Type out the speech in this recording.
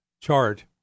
chart